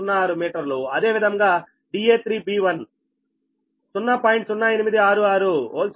1506 మీటర్లు అదే విధముగా da3b1 0